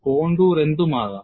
contour എന്തും ആകാം